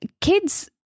kids